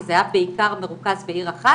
כי זה היה מרוכז בעיקר בעיר אחת,